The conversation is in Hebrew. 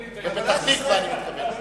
בפתח-תקווה, אני מתכוון.